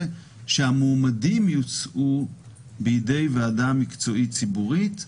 שהמועמדים יוצעו בידי ועדה מקצועית-ציבורית.